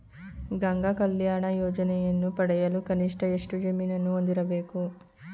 ಗಂಗಾ ಕಲ್ಯಾಣ ಯೋಜನೆಯನ್ನು ಪಡೆಯಲು ಕನಿಷ್ಠ ಎಷ್ಟು ಜಮೀನನ್ನು ಹೊಂದಿರಬೇಕು?